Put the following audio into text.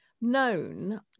known